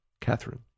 Catherine